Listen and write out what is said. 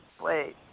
wait